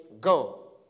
go